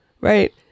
Right